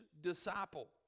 disciple